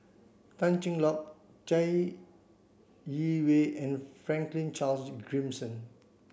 Tan Cheng Lock Chai Yee Wei and Franklin Charles Gimson